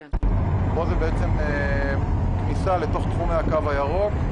כאן זאת כניסה לתוך תחומי הקו הירוק.